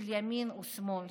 של ימין או שמאל,